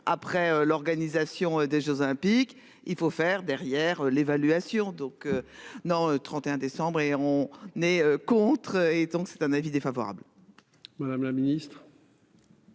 après l'organisation des Jeux olympiques. Il faut faire derrière l'évaluation donc non. 31 décembre et on n'est contre et donc c'est un avis défavorable. Madame la Ministre.